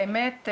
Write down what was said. האמת,